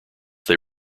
they